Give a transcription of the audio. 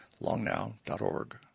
longnow.org